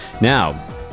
Now